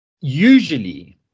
usually